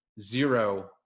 zero